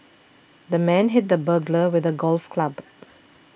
the man hit the burglar with a golf club